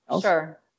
sure